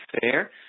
fair